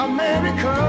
America